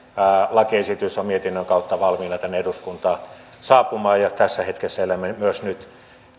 lakiesitys on mietinnön kautta valmiina tänne eduskuntaan saapumaan ja tässä hetkessä elämme myös nyt